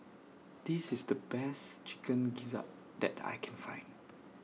This IS The Best Chicken Gizzard that I Can Find